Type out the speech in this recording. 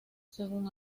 según